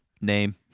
Name